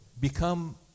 become